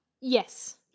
Yes